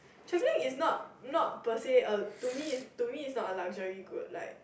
travelling is not not per say a to me to me is not a luxury good like